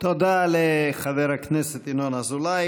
תודה לחבר הכנסת ינון אזולאי.